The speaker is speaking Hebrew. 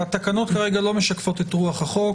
התקנות כרגע לא משקפות את רוח החוק.